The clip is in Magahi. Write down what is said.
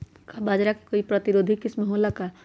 का बाजरा के कोई प्रतिरोधी किस्म हो ला का?